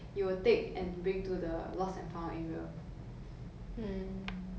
plus um maybe in this scenario you can know that there'll be